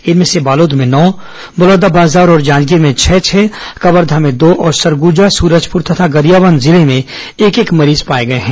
इनमें से बालोद में नौ बलौदाबाजार और जांजगीर में छह छह कवर्घा में दो और सरगुजा सूरजपुर तथा गरियाबंद जिले में एक एक मरीज पाए गए हैं